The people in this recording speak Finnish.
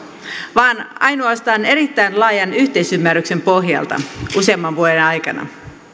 vaan ainoastaan erittäin laajan yhteisymmärryksen pohjalta useamman vuoden aikana